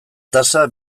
tasa